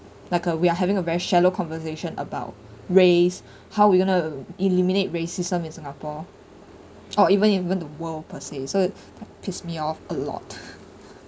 like a we are having a very shallow conversation about race how we're going to eliminate racism is enough or or even even the world per se so pissed me off a lot